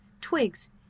twigs